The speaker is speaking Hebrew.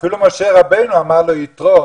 אפילו משה רבנו אמר ליתרו,